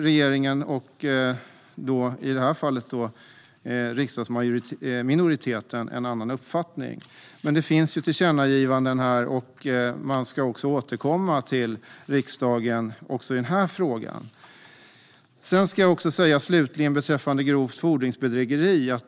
Regeringen och i detta fall riksdagsminoriteten har en annan uppfattning om detta. Men det finns tillkännagivanden, och regeringen ska återkomma till riksdagen även i denna fråga. Jag vill slutligen säga något om grovt fordringsbedrägeri.